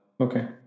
Okay